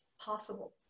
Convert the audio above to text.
possible